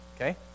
Okay